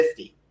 50